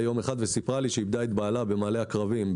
יום אחד וסיפרה לי שאיבדה את בעלה מעלה עקרבים,